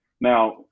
Now